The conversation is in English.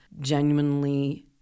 genuinely